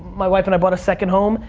my wife and i bought a second home,